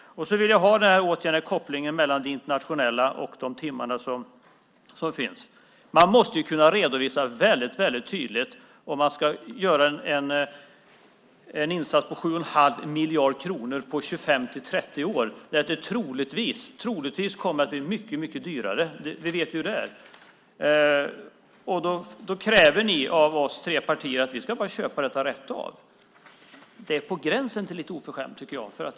Jag vill ha en åtgärd och en koppling mellan det internationella och de timmar som finns. Man måste kunna redovisa tydligt om man ska göra en insats på 7 1⁄2 miljard kronor på 25-30 år när det troligtvis kommer att bli mycket dyrare. Vi vet ju hur det är. Ni kräver av oss tre partier att vi bara ska köpa detta rätt av. Det är på gränsen till lite oförskämt, tycker jag.